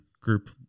group